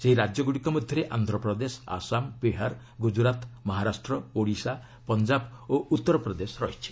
ସେହି ରାଜ୍ୟଗୁଡ଼ିକ ମଧ୍ୟରେ ଆନ୍ଧ୍ରପ୍ରଦେଶ ଆସାମ୍ ବିହାର ଗୁଜରାତ୍ ମହାରାଷ୍ଟ୍ର ଓଡ଼ିଶା ପଞ୍ଜାବ ଓ ଉତ୍ତର ପ୍ରଦେଶ ରହିଛି